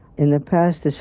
in the past,